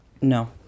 no